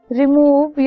remove